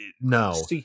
no